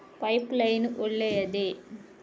Pipe line ಒಳ್ಳೆಯದೇ?